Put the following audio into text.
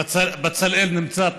בצלאל נמצא פה,